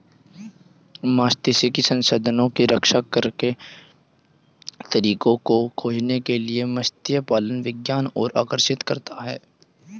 मात्स्यिकी संसाधनों की रक्षा के तरीकों को खोजने के लिए मत्स्य पालन विज्ञान को आकर्षित करता है